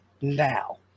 now